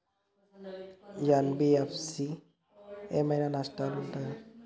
NBFC ఏమైనా నష్టాలు ఉంటయా?